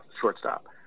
shortstop